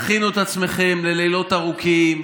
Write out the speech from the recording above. תכינו את עצמכם ללילות ארוכים,